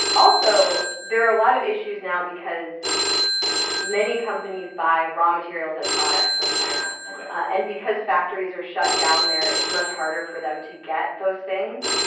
also, there are a lot of issues now because many companies buy raw materials and products from china ok and because factories are shut down there, it's much harder for them to get those things.